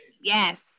Yes